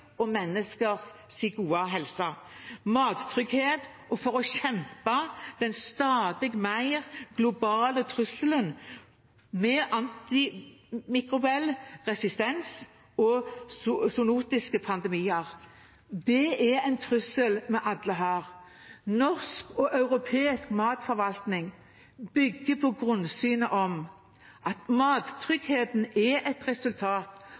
og menneskers helse, for mattrygghet og for å bekjempe den stadig mer globale trusselen med antimikrobiell resistens og zoonotiske pandemier. Det er en trussel mot oss alle. Norsk og europeisk matforvaltning bygger på grunnsynet om at mattrygghet er et resultat